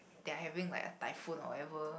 their having like a typhoon whatever